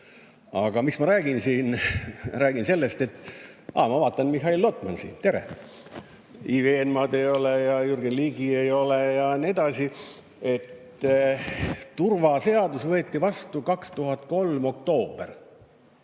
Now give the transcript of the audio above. Aga mis ma räägin siin? Räägin sellest, et ... Aa, ma vaatan, Mihhail Lotman siin. Tere! Ivi Eenmaad ei ole ja Jürgen Ligit ei ole ja nii edasi. Turvaseadus võeti vastu 2003. aasta